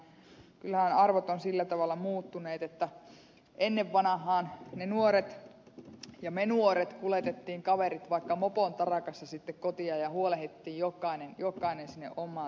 kyllähän arvot on sillä tavalla muuttuneet että ennen vanahaan me nuoret kuletettiin kaverit vaikka mopon tarakassa sitte kotia ja huolehittiin jokkainen sinne ommaan tönnöönsä